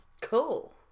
Cool